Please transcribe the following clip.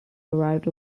arrived